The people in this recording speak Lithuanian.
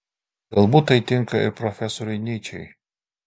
galbūt tai tinka ir profesoriui nyčei